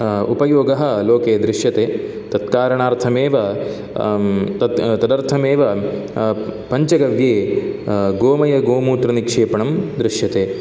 उपयोगः लोके दृश्यते तत्कारणार्थमेव तत् तदर्थमेव पञ्चगव्ये गोमयगोमूत्रनिक्षेपणं दृश्यते